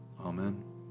Amen